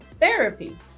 therapy